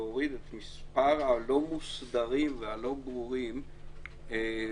להוריד את מספר הלא מוסדרים והלא ברורים למספר